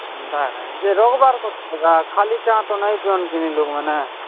ହେନ୍ତା କାଏଁ ଯେ ରଖବାର୍ କଥା ଖାଲି ଚା' ତ ନାଇଁ ପିଅନ୍କେ ଲୋକମାନେ